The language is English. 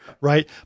right